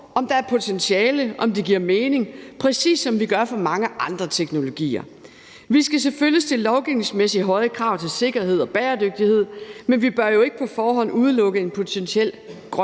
om der er potentiale, om det giver mening, præcis som vi gør med mange andre teknologier. Vi skal selvfølgelig stille lovgivningsmæssige høje krav til sikkerhed og bæredygtighed, men vi bør jo ikke på forhånd udelukke en potentiel grøn